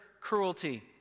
cruelty